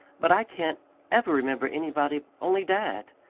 but i can't ever remember anybody only dad.